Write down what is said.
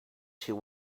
she